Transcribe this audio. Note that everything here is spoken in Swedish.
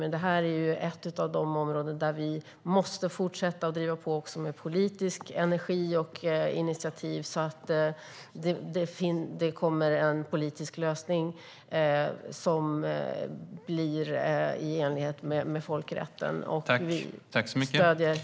Men det här ett område där vi måste fortsätta driva på, också med politisk energi och politiska initiativ, så att en politisk lösning i enlighet med folkrätten kommer till stånd. Vi stöder flyktinglägren.